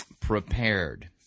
prepared